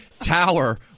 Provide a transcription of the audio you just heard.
tower